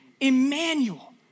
Emmanuel